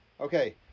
Okay